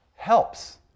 helps